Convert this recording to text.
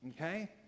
okay